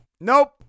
Nope